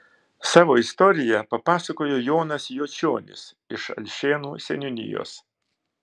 savo istoriją papasakojo jonas jočionis iš alšėnų seniūnijos